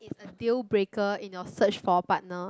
the deal breaker in your search for partner